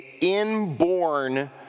inborn